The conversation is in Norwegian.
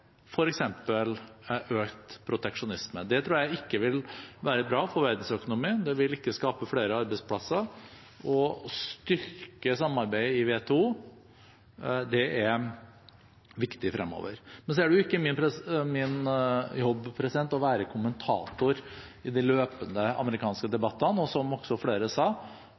økt proteksjonisme. Det tror jeg ikke vil være bra for verdensøkonomien, det vil ikke skape flere arbeidsplasser. Å styrke samarbeidet i WTO er viktig fremover. Men så er det ikke min jobb å være kommentator i de løpende amerikanske debattene, og som også flere sa: